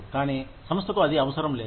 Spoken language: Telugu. కానీ సంస్థకు అది అవసరం లేదు